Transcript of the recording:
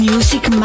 Music